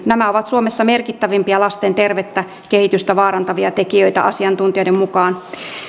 nämä ovat suomessa merkittävimpiä lasten tervettä kehitystä vaarantavia tekijöitä asiantuntijoiden mukaan